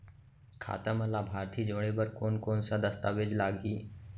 खाता म लाभार्थी जोड़े बर कोन कोन स दस्तावेज लागही?